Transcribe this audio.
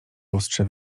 lustrze